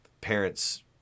parents